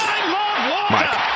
Mike